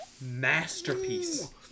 masterpiece